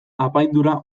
apaindura